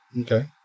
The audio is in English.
Okay